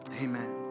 amen